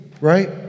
right